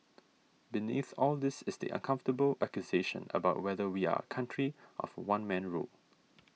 beneath all this is the uncomfortable accusation about whether we are a country of one man rule